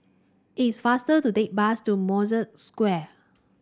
it is faster to take bus to Mosque Square